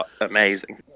amazing